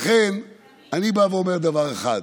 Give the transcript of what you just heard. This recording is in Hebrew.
לכן אני בא ואומר דבר אחד,